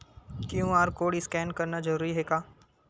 QR code scan करना जरूरी हे का?